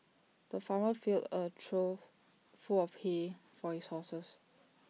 the farmer filled A trough full of hay for his horses